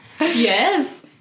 Yes